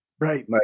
Right